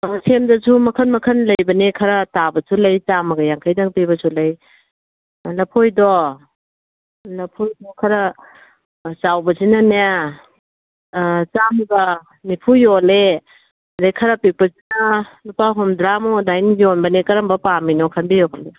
ꯁꯦꯝꯗꯁꯨ ꯃꯈꯟ ꯃꯈꯟ ꯂꯩꯕꯅꯦ ꯈꯔ ꯇꯥꯕꯁꯨ ꯂꯩ ꯆꯥꯝꯃꯒ ꯌꯥꯡꯈꯩꯗꯪ ꯄꯤꯕꯁꯨ ꯂꯩ ꯂꯐꯣꯏꯗꯣ ꯂꯐꯣꯏ ꯈꯔ ꯆꯥꯎꯕꯁꯤꯅꯅꯦ ꯆꯥꯝꯃꯒ ꯅꯤꯐꯨ ꯌꯣꯜꯂꯦ ꯑꯗꯒꯤ ꯈꯔ ꯄꯤꯛꯄꯁꯤꯅ ꯂꯨꯄꯥ ꯍꯨꯝꯗ꯭ꯔꯥꯃꯨꯛ ꯑꯗꯨꯃꯥꯏꯅ ꯌꯣꯟꯕꯅꯦ ꯀꯔꯝꯕ ꯄꯥꯝꯃꯤꯅꯣ ꯈꯟꯕꯤꯔꯣ ꯈꯟꯕꯤꯔꯣ